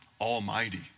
Almighty